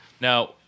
now